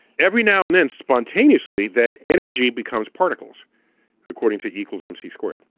every now and then, spontaneously that energy becomes particles according to e equals m c squared.